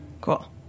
Cool